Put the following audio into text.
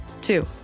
Two